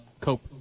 Cope